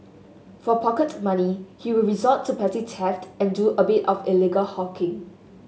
for pocket money he would resort to petty theft and do a bit of illegal hawking